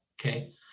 okay